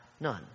none